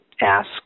ask